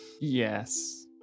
Yes